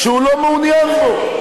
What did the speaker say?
שהוא לא מעוניין בו.